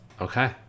okay